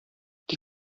die